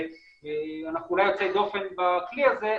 אנחנו אולי יוצאי דופן בכלי הזה,